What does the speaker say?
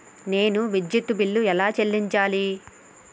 నేను విద్యుత్ బిల్లు ఎలా చెల్లించాలి?